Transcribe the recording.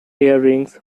earrings